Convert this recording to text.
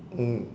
mm